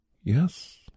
Yes